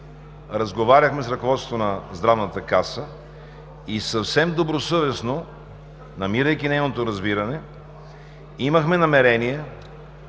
разговаряхме с ръководството на Здравната каса и съвсем добросъвестно, намирайки нейното разбиране, имахме намерения